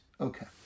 Okay